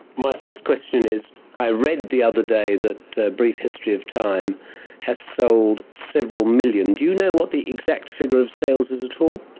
my first question is i read the other day that a brief history of time has sold several million. do you know what the exact figure of sales is at all?